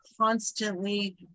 constantly